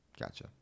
gotcha